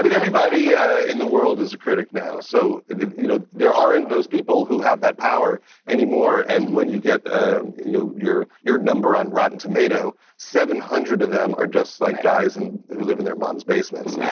but everybody in the world is a critic now. so you know there aren't those people who have that power anymore, and when you get you know your your number on rotten tomatoes, seven hundred of them are just like guys and who live in their mom's basements.